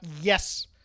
yes